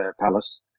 Palace